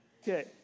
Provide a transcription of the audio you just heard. Okay